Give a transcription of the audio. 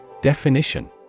Definition